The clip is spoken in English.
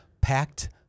packed